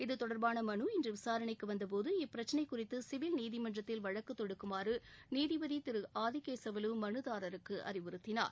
இது தொடர்பான மனு இள்று விசாரணைக்கு வந்தபோது இப்பிரச்சினை குறிதது சிவில் நீதிமன்றத்தில் வழக்கு தொடுக்குமாறு நீதிபதி திரு ஆதிகேசவலு மனுதாரருக்கு அறிவுறுத்தினார்